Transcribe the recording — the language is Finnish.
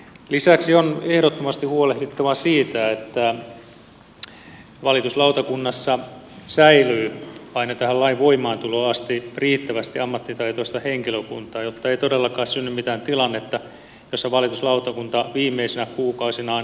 lisäksi on ehdottomasti huolehdittava siitä että valituslautakunnassa säilyy aina tähän lain voimaantuloon asti riittävästi ammattitaitoista henkilökuntaa jotta ei todellakaan synny mitään tilannetta jossa valituslautakunta viimeisinä kuukausinaan ruuhkautuisi